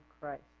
Christ